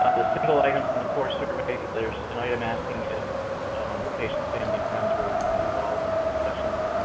um the single items in the core survey there's an item asking if um the patient's family and friends were involved in discussions,